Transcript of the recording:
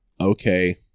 Okay